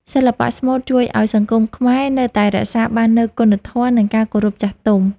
សិល្បៈស្មូតជួយឱ្យសង្គមខ្មែរនៅតែរក្សាបាននូវគុណធម៌ និងការគោរពចាស់ទុំ។